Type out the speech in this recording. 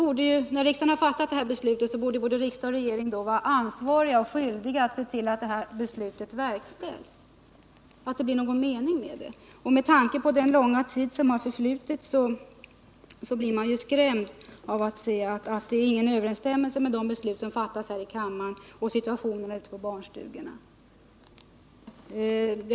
När nu riksdagen har fattat det här beslutet, borde både riksdag och regering vara ansvariga och skyldiga att se till att beslutet verkställs, att det blir någon mening med det. Med tanke på den långa tid som har förflutit blir man skrämd av att det inte finns någon överensstämmelse mellan de beslut som fattas här i kammaren och situationerna ute på barnstugorna.